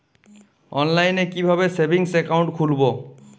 অনলাইনে কিভাবে savings account খুলবো?